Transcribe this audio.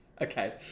Okay